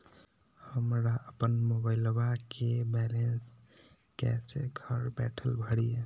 हमरा अपन मोबाइलबा के बैलेंस कैसे घर बैठल भरिए?